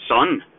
Son